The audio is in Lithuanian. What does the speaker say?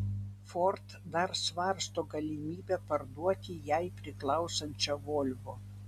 ford dar svarsto galimybę parduoti jai priklausančią volvo